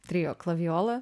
trio klavijola